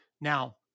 Now